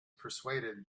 persuaded